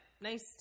nice